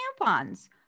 tampons